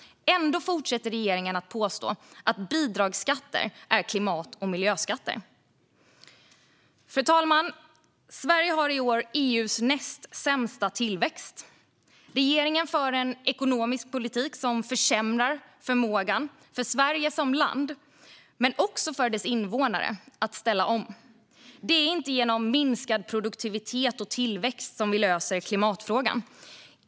Ändå fortsätter regeringen att påstå att bidragsskatter är klimat och miljöskatter. Fru talman! Sverige har i år EU:s näst sämsta tillväxt. Regeringen för en ekonomisk politik som försämrar förmågan för Sverige som land, men också för dess invånare, att ställa om. Det är inte genom minskad produktivitet och tillväxt som vi löser klimatfrågan.